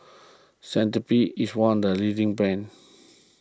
Cetrimide is one of the leading brands